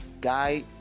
guy